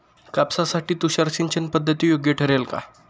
कापसासाठी तुषार सिंचनपद्धती योग्य ठरेल का?